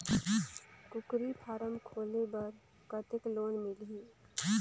कूकरी फारम खोले बर कतेक लोन मिलही?